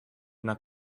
nad